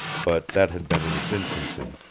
but that had been in its infancy,